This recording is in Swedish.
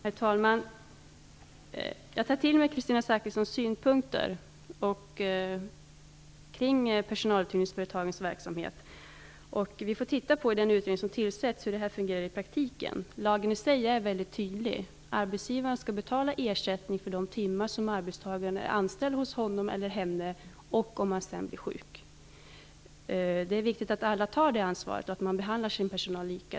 Herr talman! Jag tar till mig Kristina Zakrissons synpunkter på personaluthyrningsföretagens verksamhet. I den utredning som tillsätts får vi titta på hur detta fungerar i praktiken. Lagen i sig är väldigt tydlig: Arbetsgivaren skall betala ersättning för de timmar som arbetstagaren är anställd hos honom/henne och om arbetstagaren blir sjuk. Det är viktigt att alla tar det ansvaret och att man behandlar sin personal lika.